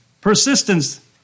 Persistence